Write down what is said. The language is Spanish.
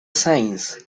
sainz